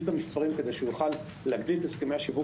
את המספרים כדי שהוא יוכל להגדיל את הסכמי השיווק